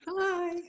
Hi